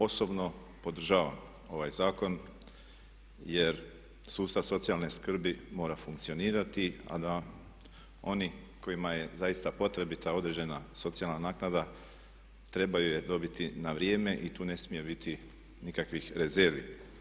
Osobno podržavam ovaj zakon jer sustav socijalne skrbi mora funkcionirati a da oni kojima je zaista potrebita određena socijalna naknada trebaju je dobiti na vrijeme i tu ne smije biti nikakvih rezervi.